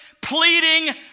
pleading